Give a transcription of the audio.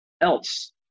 else